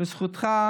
בזכותך,